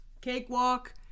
Cakewalk